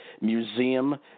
museum